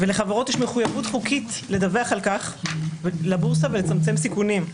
ולחברות יש מחויבות חוקית לדווח על כך לבורסה ולצמצם סיכונים.